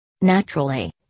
Naturally